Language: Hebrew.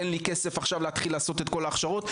אין לי כסף עכשיו להתחיל לעשות את כל ההכשרות,